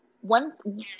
One